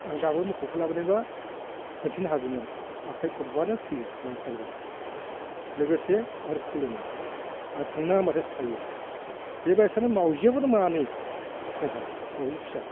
आङो दाबो मोसौखौ लाबोनायमोनबा खोन्थिनो हागौमोन आखाय खबानो फैयो नाम खारिबानो लोगोसे आरो खुलुमो आरो थानाङा होनबाथाय थायो बे बायसानो मावजियाबो दं मानै जोंहा मावजि फिसा